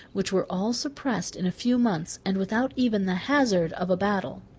which were all suppressed in a few months, and without even the hazard of a battle.